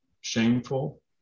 shameful